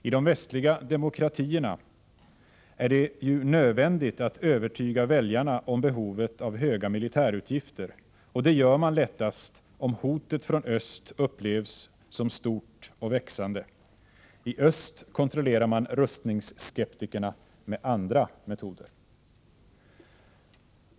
I de västliga demokratierna är det ju nödvändigt att övertyga väljarna om behovet av höga militärutgifter, och det gör man lättas om hotet från öst upplevs som stort och växande. I öst kontrollerar man rustningsskeptikerna med andra metoder.